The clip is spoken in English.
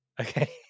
Okay